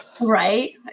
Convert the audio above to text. Right